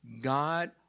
God